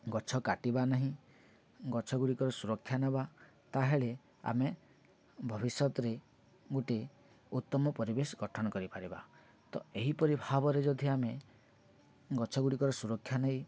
ଗଛ କାଟିବା ନାହିଁ ଗଛ ଗୁଡ଼ିକର ସୁରକ୍ଷା ନେବା ତା'ହେଲେ ଆମେ ଭବିଷ୍ୟତରେ ଗୋଟେ ଉତ୍ତମ ପରିବେଶ ଗଠନ କରିପାରିବା ତ ଏହିପରି ଭାବରେ ଯଦି ଆମେ ଗଛ ଗୁଡ଼ିକର ସୁରକ୍ଷା ନେଇ